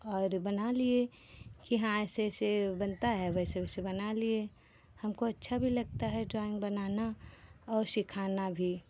और बना लिए कि हाँ ऐसे ऐसे बनता है वैसे वैसे बना लिए हमको अच्छा भी लगता है ड्राइंग बनाना और सिखाना भी